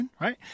right